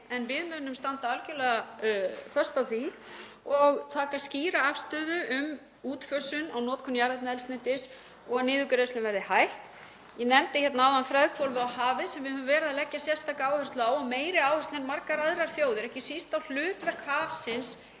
en við munum standa algjörlega föst á því og taka skýra afstöðu um útfösun á notkun jarðefnaeldsneytis og að niðurgreiðslum verði hætt. Ég nefndi hérna áðan freðhvolfið og hafið sem við höfum verið að leggja sérstaka áherslu á og meiri áherslu en margar aðrar þjóðir, ekki síst á hlutverk hafsins